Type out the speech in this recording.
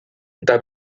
eta